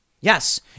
Yes